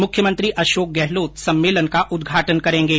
मुख्यमंत्री अशोक गहलोत सम्मेलन का उद्घाटन करेंगे